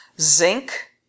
zinc